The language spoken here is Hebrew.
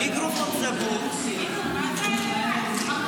אתה לא תסגור לי את המיקרופון, מה זה הדבר הזה?